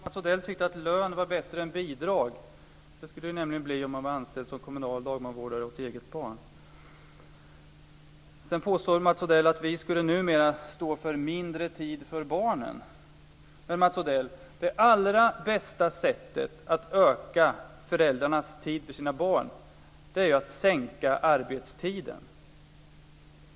Herr talman! Jag trodde att Mats Odell tyckte att lön var bättre än bidrag - det skulle det nämligen bli om man var anställd som kommunaldagbarnvårdare åt eget barn. Mats Odell påstår att vi numera står för mindre tid för barnen. Men, Mats Odell, det allra bästa sättet att öka föräldrarnas tid för sina barn är att sänka arbetstiden.